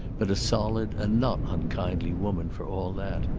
but a solid and not unkindly woman for all that.